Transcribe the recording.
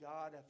God